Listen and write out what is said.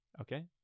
okay